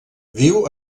viu